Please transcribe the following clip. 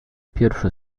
pierwszy